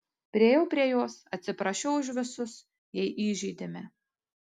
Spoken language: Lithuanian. priėjau prie jos atsiprašiau už visus jei įžeidėme